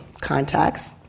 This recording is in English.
contacts